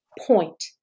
point